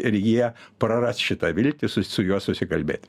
ir jie praras šitą viltį su su juo susikalbėt